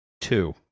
Two